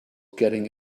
getting